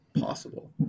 possible